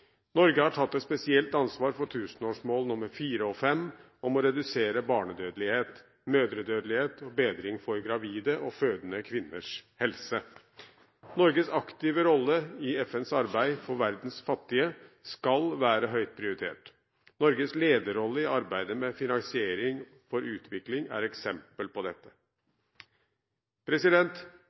Norge har tatt et spesielt ansvar for tusenårsmål nr. 4 og 5, om å redusere barnedødelighet og mødredødelighet og å bedre gravide og fødende kvinners helse. Norges aktive rolle i FNs arbeid for verdens fattige skal være høyt prioritert. Norges lederrolle i arbeidet med finansiering for utvikling er et eksempel på dette.